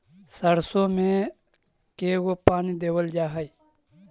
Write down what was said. सरसों में के गो पानी देबल जा है?